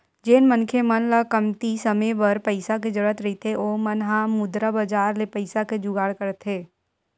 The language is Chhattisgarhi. जेन मनखे मन ल कमती समे बर पइसा के जरुरत रहिथे ओ मन ह मुद्रा बजार ले पइसा के जुगाड़ करथे